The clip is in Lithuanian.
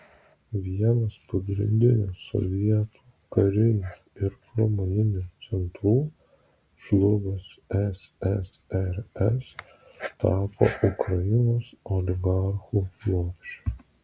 vienas pagrindinių sovietų karinių ir pramoninių centrų žlugus ssrs tapo ukrainos oligarchų lopšiu